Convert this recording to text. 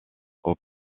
aux